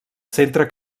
centre